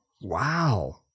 wow